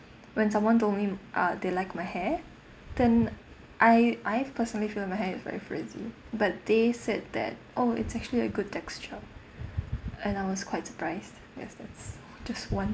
when someone told me uh they like my hair then I I personally feel my hair is very frizzy but they said that oh it's actually a good texture and I was quite surprised yes that's just one